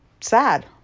sad